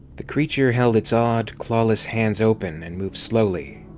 the creature held its odd, clawless hands open and moved slowly.